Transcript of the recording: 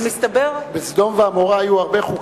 אבל מסתבר, בסדום ועמורה היו הרבה חוקים.